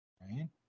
right